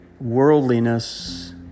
Worldliness